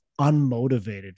unmotivated